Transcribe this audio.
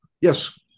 Yes